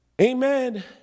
Amen